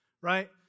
right